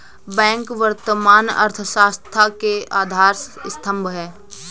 bank वर्तमान अर्थव्यवस्था के आधार स्तंभ है